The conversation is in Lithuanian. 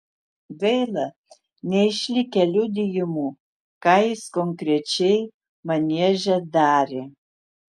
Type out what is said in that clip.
gaila neišlikę liudijimų ką jis konkrečiai manieže darė